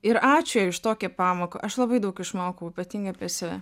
ir ačiū jai už tokią pamoką aš labai daug išmokau ypatingai apie save